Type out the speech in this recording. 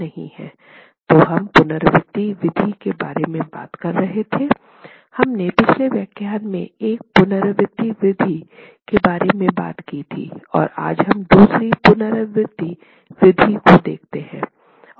तो हम पुनरावृति विधि के बारे में बात कर रहे थे हमने पिछले व्याख्यान में एक पुनरावृति विधि के बारे में बात की थी और आज हम दूसरी पुनरावृति विधि को देखते हैं